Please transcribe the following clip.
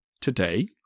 today